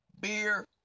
Beer